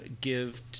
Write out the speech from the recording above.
give